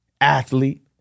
athlete